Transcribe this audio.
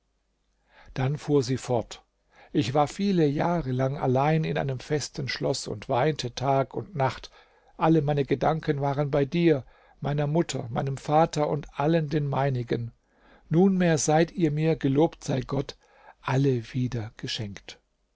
dann fuhr sie fort ich war viele jahre lang allein in einem festen schloß und weinte tag und nacht alle meine gedanken waren bei dir meiner mutter meinem vater und allen den meinigen nunmehr seid ihr mir gelobt sei gott alle wieder geschenkt